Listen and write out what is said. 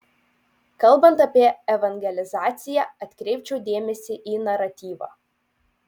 kalbant apie evangelizaciją atkreipčiau dėmesį į naratyvą